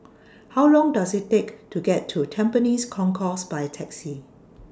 How Long Does IT Take to get to Tampines Concourse By Taxi